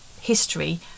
history